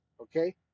okay